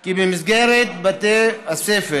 כי במסגרת בתי הספר